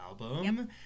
album